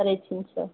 साराय थिनस'